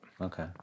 Okay